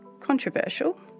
controversial